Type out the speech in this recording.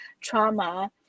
trauma